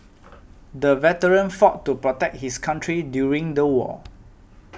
the veteran fought to protect his country during the war